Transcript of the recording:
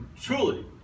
Truly